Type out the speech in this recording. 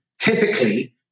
typically